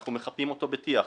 אנחנו מחפים אותו בטיח.